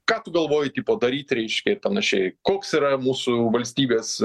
ką tu galvoji iki to daryt reiškia ir panašiai koks yra mūsų valstybės